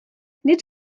nid